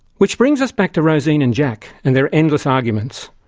which brings us back to rosine and jack and their endless arguments.